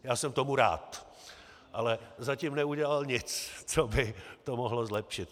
Já jsem tomu rád, ale zatím neudělal nic, co by to mohlo zlepšit.